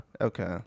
Okay